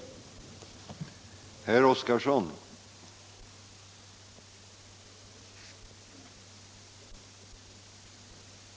gor m.m.